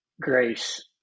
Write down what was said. grace